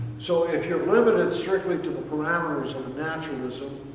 so if you're limited strictly to the parameters of naturalism,